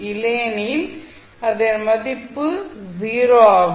இல்லையெனில் அதன் மதிப்பு 0 ஆகும்